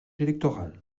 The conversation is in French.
électoral